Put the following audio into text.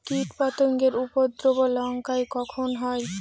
কীটপতেঙ্গর উপদ্রব লঙ্কায় কখন হয়?